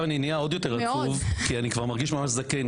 אני נהיה עוד יותר עצוב כי אני מרגיש כבר זקן,